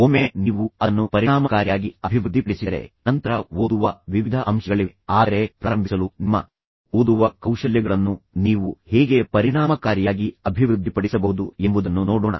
ಒಮ್ಮೆ ನೀವು ಅದನ್ನು ಪರಿಣಾಮಕಾರಿಯಾಗಿ ಅಭಿವೃದ್ಧಿಪಡಿಸಿದರೆ ನಂತರ ಓದುವ ವಿವಿಧ ಅಂಶಗಳಿವೆ ಆದರೆ ಪ್ರಾರಂಭಿಸಲು ನಿಮ್ಮ ಓದುವ ಕೌಶಲ್ಯಗಳನ್ನು ನೀವು ಹೇಗೆ ಪರಿಣಾಮಕಾರಿಯಾಗಿ ಅಭಿವೃದ್ಧಿಪಡಿಸಬಹುದು ಎಂಬುದನ್ನು ನೋಡೋಣ